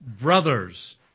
brothers